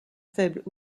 faibles